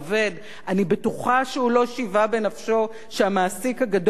אני בטוחה שהוא לא שיווה בנפשו שהמעסיק הגדול במדינה,